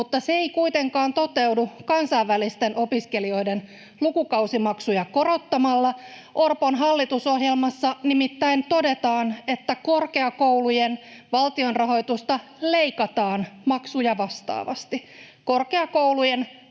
mutta se ei kuitenkaan toteudu kansainvälisten opiskelijoiden lukukausimaksuja korottamalla — Orpon hallitusohjelmassa nimittäin todetaan, että korkeakoulujen valtionrahoitusta leikataan maksuja vastaavasti. Korkeakoulujen